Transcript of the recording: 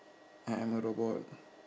I am a robot